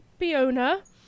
Biona